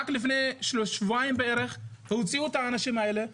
רק לפני שבועיים בערך הוציאו את האנשים האלה,